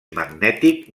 magnètic